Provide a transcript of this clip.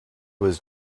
was